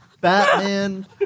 Batman